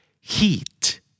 Heat